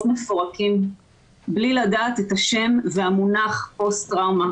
מפורקים בלי לדעת את השם והמונח פוסט טראומה,